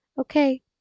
Okay